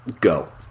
go